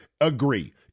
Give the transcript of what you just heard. agree